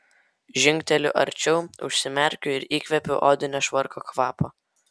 žingteliu arčiau užsimerkiu ir įkvepiu odinio švarko kvapo